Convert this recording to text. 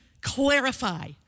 clarify